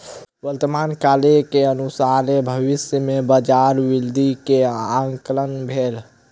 वर्तमान कार्य के अनुसारे भविष्य में बजार वृद्धि के आंकलन भेल